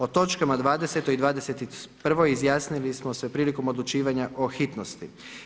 O točkama 20. i 21. izjasnili smo se prilikom odlučivanja o hitnosti.